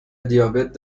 دیابت